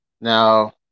Now